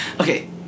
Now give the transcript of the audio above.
Okay